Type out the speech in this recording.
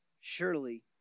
surely